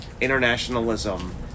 internationalism